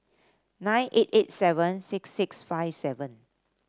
nine eight eight seven six six five seven